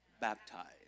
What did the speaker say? baptized